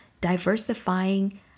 diversifying